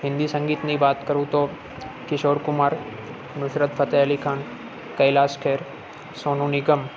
હિન્દી સંગીતની વાત કરું તો કિશોર કુમાર નુસરત ફતેહ અલી ખાન કૈલાશ ખેર સોનું નિગમ